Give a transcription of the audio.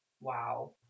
Wow